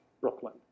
Brooklyn